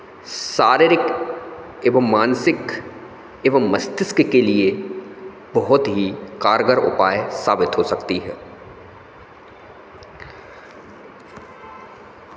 शारीरिक एवं मानसिक एवम मस्तिष्क के लिए बहुत ही कारगर उपाय साबित हो सकती है